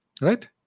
Right